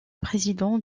président